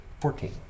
Fourteen